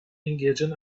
engaging